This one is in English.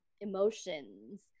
emotions